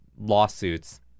lawsuits